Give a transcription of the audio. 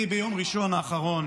אני ביום ראשון האחרון